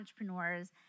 entrepreneurs